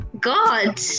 god